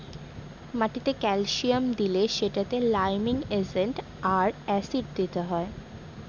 মাটিতে ক্যালসিয়াম দিলে সেটাতে লাইমিং এজেন্ট আর অ্যাসিড দিতে হয়